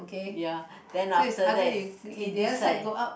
ya then after that he decide